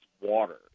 water